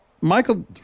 Michael